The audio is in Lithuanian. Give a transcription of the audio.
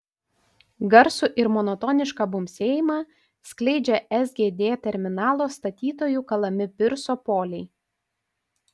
garsų ir monotonišką bumbsėjimą skleidžia sgd terminalo statytojų kalami pirso poliai